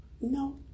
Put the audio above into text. No